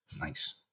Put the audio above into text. Nice